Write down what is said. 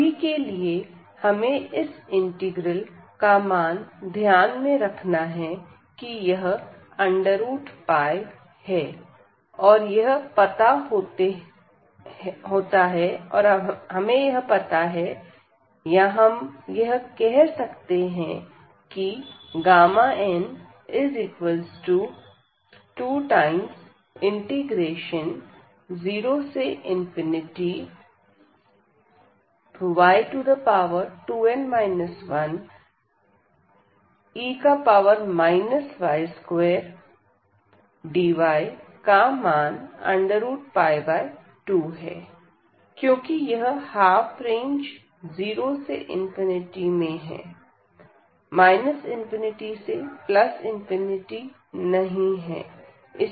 अभी के लिए हमें इस इंटीग्रल का मान ध्यान में रखना है कि यह है और यह पता होते हैं हम यह कह सकते हैं की n20y2n 1e y2dy का मान 2 है क्योंकि यह हाफ रेंज 0 से में है से नहीं है